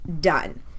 done